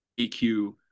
EQ